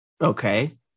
Okay